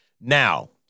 Now